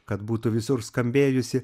kad būtų visur skambėjusi